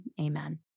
Amen